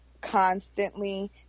constantly